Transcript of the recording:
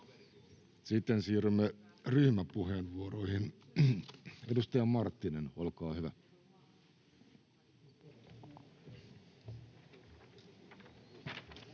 Sitten siirrymme ryhmäpuheenvuoroihin. — Edustaja Marttinen, olkaa hyvä.